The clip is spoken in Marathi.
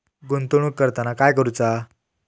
गुंतवणूक करताना काय करुचा?